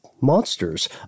Monsters